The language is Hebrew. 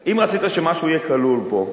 אם רצית שמשהו יהיה כלול פה,